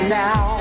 now